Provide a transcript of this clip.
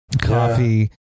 coffee